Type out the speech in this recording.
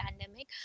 pandemic